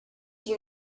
you